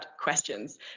questions